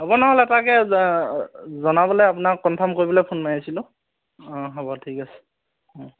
হ'ব নহ'লে তাকে জনাবলৈ আপোনাক কনফাৰ্ম কৰিবলৈ ফোন মাৰিছিলো অঁ হ'ব ঠিক আছে